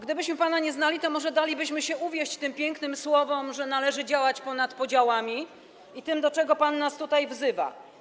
Gdybyśmy pana nie znali, to może dalibyśmy się uwieść tym pięknym słowom, że należy działać ponad podziałami, i tym, do czego pan nas tutaj wzywa.